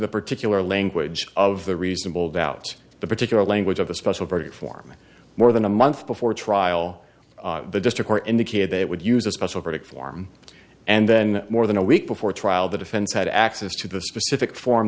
the particular language of the reasonable doubt the particular language of the special verdict form more than a month before trial the district or indicated they would use a special verdict form and then more than a week before trial the defense had access to the specific form